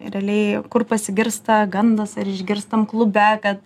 realiai kur pasigirsta gandas ar išgirstam klube kad